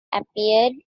appeared